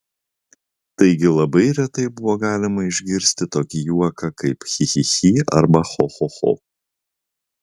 taigi labai retai buvo galima išgirsti tokį juoką kaip chi chi chi arba cho cho cho